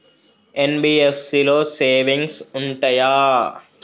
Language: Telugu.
ఎన్.బి.ఎఫ్.సి లో సేవింగ్స్ ఉంటయా?